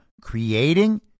creating